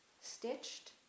stitched